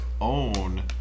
own